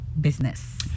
business